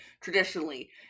traditionally